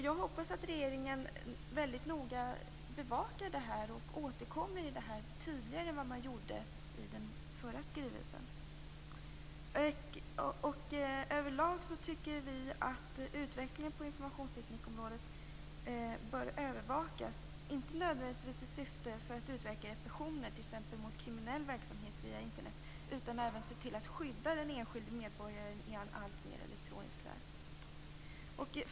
Jag hoppas att regeringen mycket noga bevakar detta och återkommer i frågan tydligare än man gjorde i den förra skrivelsen. Över lag tycker vi att utvecklingen på informationsteknikområdet bör övervakas, inte nödvändigtvis i syfte att utverka repression t.ex. mot kriminell verksamhet via Internet, utan för att se till att skydda den enskilde medborgaren i en alltmer elektronisk värld.